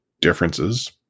differences